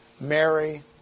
Mary